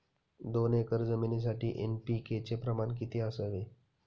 दोन एकर जमिनीसाठी एन.पी.के चे प्रमाण किती असावे?